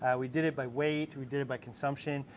and we did it by weight, we did it by consumption,